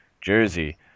jersey